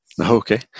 Okay